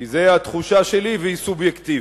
כי זאת התחושה שלי, והיא סובייקטיבית.